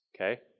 Okay